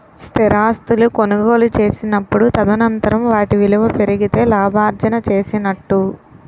స్థిరాస్తులు కొనుగోలు చేసినప్పుడు తదనంతరం వాటి విలువ పెరిగితే లాభార్జన చేసినట్టు